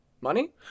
Money